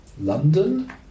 London